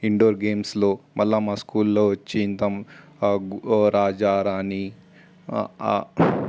indoor గేమ్స్లో మళ్ళా మా స్కూల్లో వచ్చి ఇంత రాజా రాణి